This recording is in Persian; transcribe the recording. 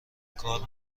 کار